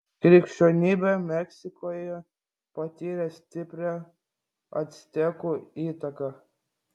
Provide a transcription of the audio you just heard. krikščionybė meksikoje patyrė stiprią actekų įtaką